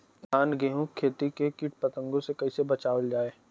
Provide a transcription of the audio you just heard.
धान गेहूँक खेती के कीट पतंगों से कइसे बचावल जाए?